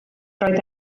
roedd